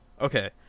Okay